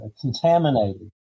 contaminated